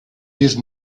vist